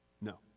No